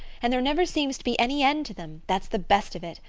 and there never seems to be any end to them that's the best of it.